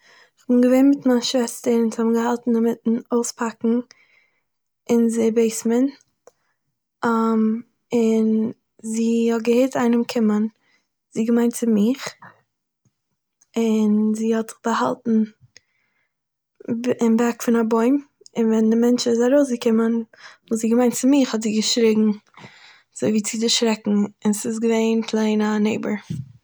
כ'בין געווען מיט מיין שוועסטער, אונז זענען געווען אינמיטן אויספאקן אין אונזער בעיסמענט, און זי האט געהערט איינעם קומען, זי האט געמיינט ס'איז מיך, און זי האט זיך באהאלטן אין בעק פון א בוים, און ווען דער מענטש איז ארויסגעקומען האט זי געמיינט ס'איז מיך האט זי געשריגן אזויווי צו דערשרעקן, און ס'איז געווען פלעין האני בירט'